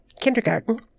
kindergarten